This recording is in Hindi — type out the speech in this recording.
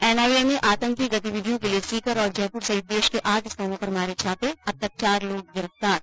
एनआईए ने आतंकी गतिविधियों के लिये सीकर और जयपुर सहित देश के आठ स्थानों पर मारे छापे अब तक चार लोग गिरफ्तार